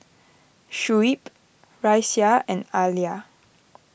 Shuib Raisya and Alya